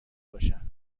باشن